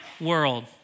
World